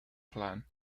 plant